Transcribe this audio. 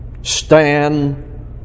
Stand